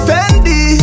Fendi